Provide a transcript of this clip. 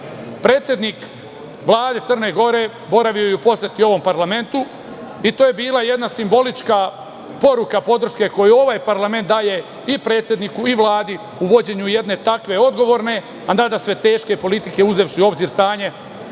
Predsednik Vlade Crne Gore boravio je i u poseti ovom parlamentu i to je bila jedna simbolička poruka podrške koju ovaj parlament daje i predsedniku i Vladi u vođenju jedne takve odgovorne, a nadasve teške politike, uzevši u obzir